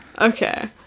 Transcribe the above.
Okay